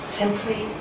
simply